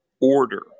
order